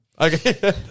Okay